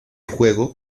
juego